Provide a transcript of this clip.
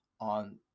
on